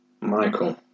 Michael